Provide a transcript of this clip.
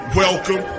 welcome